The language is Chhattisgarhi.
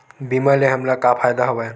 बीमा ले हमला का फ़ायदा हवय?